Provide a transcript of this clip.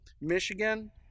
Michigan